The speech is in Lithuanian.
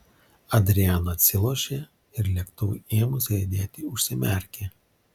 adriana atsilošė ir lėktuvui ėmus riedėti užsimerkė